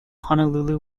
honolulu